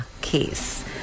case